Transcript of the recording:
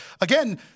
again